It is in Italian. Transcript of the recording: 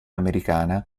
americana